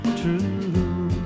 true